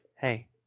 hey